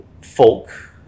folk